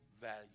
value